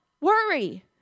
worry